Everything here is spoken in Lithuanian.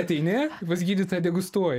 ateini pas gydytoją degustuoji